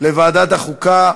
לוועדת החוקה,